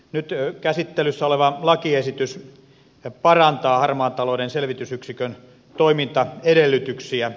nyt käsittelyssä oleva lakiesitys parantaa harmaan talouden selvitysyksikön toimintaedellytyksiä